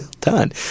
done